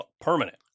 permanent